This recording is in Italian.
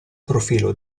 profilo